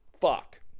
Fuck